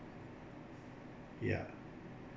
ya